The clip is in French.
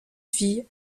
fille